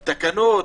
תקנות,